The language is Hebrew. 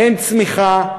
אין צמיחה.